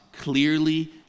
clearly